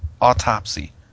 autopsy